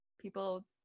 people